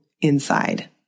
inside